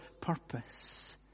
purpose